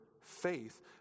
faith